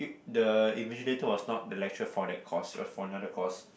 the invigilator was not the lecturer for that course it was for another course